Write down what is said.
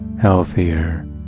healthier